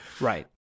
Right